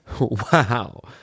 Wow